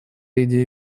идея